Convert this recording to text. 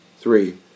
three